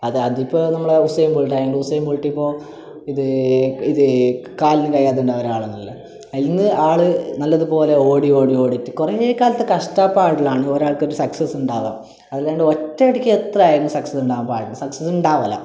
അത് അതിപ്പോൾ നമ്മളെ ഉസ്സൈൻ ബോൾട്ട് ആയതുകൊണ്ട് ഉസ്സൈൻ ബോൾട്ടിപ്പോൾ ഇത് ഇത് കാലിന് വയ്യാതെയുണ്ടായ ഒരാളല്ലല്ലോ ആയെന്ന് ആള് നല്ലതുപോലെ ഓടി ഓടി ഓടിയിട്ട് കുറേക്കാലത്തെ കഷ്ടപ്പാടിലാണ് ഒരാൾക്ക് ഒരു സക്സസ്സ് ഉണ്ടാവുക അല്ലാണ്ട് ഒറ്റയടിക്ക് എത്ര ആയാലും സക്സസ്സ് ഉണ്ടാവാൻ പാടില്ല സക്സസ്സ് ഉണ്ടാവില്ല